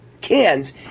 cans